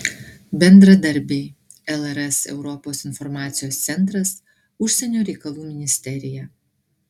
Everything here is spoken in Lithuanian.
bendradarbiai lrs europos informacijos centras užsienio reikalų ministerija